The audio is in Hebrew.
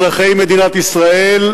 אזרחי מדינת ישראל,